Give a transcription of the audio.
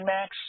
Max